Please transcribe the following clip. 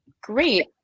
Great